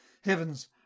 Heavens